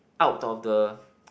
out of the